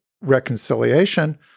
reconciliation